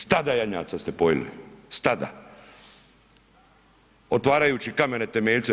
Stada janjaca ste pojeli, stada, otvarajući kamene temeljce.